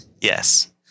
yes